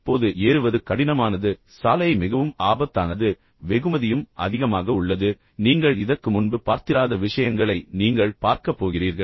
இப்போது ஏறுவது கடினமானது கஷ்டமானது சாலை மிகவும் ஆபத்தானது ஆபத்தானது ஆனால் பின்னர் வெகுமதியும் அதிகமாக உள்ளது எனவே நீங்கள் இதற்கு முன்பு பார்த்திராத விஷயங்களை நீங்கள் பார்க்கப் போகிறீர்கள்